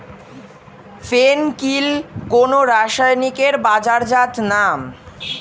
ফেন কিল কোন রাসায়নিকের বাজারজাত নাম?